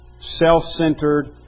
self-centered